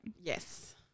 Yes